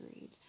read